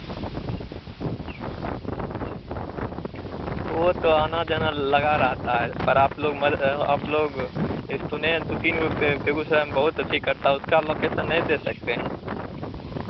वह तो आना जाना लगा रहता है पर आप लोग मद आप लोग सुने हैं दो तीन गो बेगूसराय में बहुत अथी करता है उसका लोकेसन नहीं दे सकते हैं